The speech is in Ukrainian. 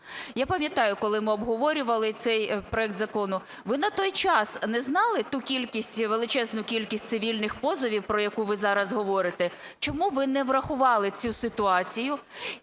Я пам'ятаю, коли ми обговорювали цей проект закону. Ви на той час не знали ту кількість, величезну кількість цивільних позовів, про яку ви зараз говорите? Чому ви не врахували цю ситуацію?